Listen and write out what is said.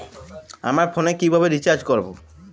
আমার ফোনে কিভাবে রিচার্জ করবো?